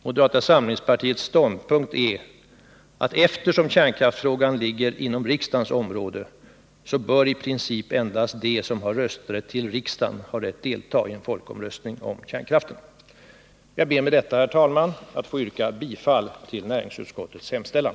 Moderata samlingspartiets ståndpunkt är, att eftersom kärnkraftsfrågan ligger inom riksdagens område, bör i princip endast de som har rösträtt till riksdagen ha rätt att delta i en folkomröstning om kärnkraften. Jag ber med detta, herr talman, att få yrka bifall till näringsutskottets hemställan.